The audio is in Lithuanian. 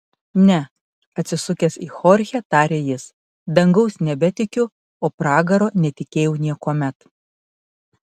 ne atsisukęs į chorchę tarė jis dangaus nebetikiu o pragaro netikėjau niekuomet